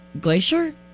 glacier